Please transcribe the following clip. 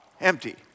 empty